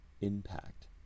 impact